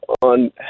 on